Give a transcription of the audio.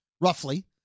roughly